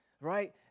right